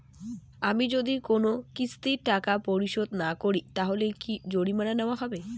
আমি যদি কোন কিস্তির টাকা পরিশোধ না করি তাহলে কি জরিমানা নেওয়া হবে?